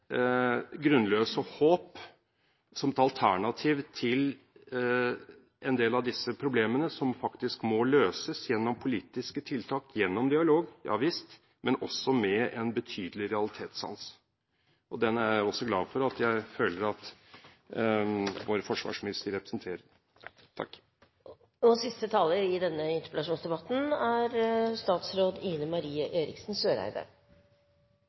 grunnløse håp som et alternativ til en del av disse problemene, som faktisk må løses gjennom politiske tiltak, gjennom dialog – ja visst – men også med en betydelig realitetssans. Den er jeg glad for å føle at vår forsvarsminister representerer. Jeg vil slutte meg til interpellantens siste innlegg og knytte noen kommentarer til det som er